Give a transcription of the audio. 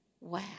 Wow